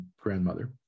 grandmother